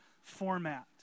format